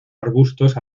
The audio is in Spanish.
arbustos